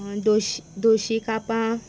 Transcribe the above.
दोशी दोशी कापां